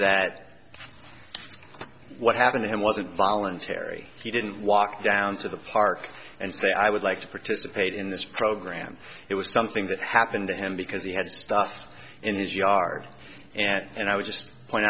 that what happened to him wasn't voluntary he didn't walk down to the park and say i would like to participate in this program it was something that happened to him because he had stuff in his yard and i would just point